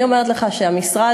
אני אומרת לך שהמשרד,